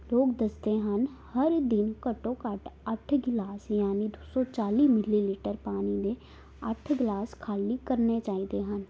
ਲੋਕ ਦੱਸਦੇ ਹਨ ਹਰ ਦਿਨ ਘੱਟੋ ਘੱਟ ਅੱਠ ਗਿਲਾਸ ਯਾਨੀ ਦੋ ਸੌ ਚਾਲੀ ਮਿਲੀਲੀਟਰ ਪਾਣੀ ਦੇ ਅੱਠ ਗਿਲਾਸ ਖਾਲੀ ਕਰਨੇ ਚਾਹੀਦੇ ਹਨ